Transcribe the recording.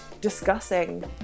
discussing